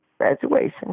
graduation